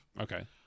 Okay